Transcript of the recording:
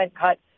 cut